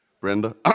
Brenda